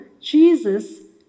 Jesus